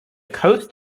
coast